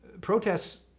Protests